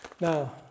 now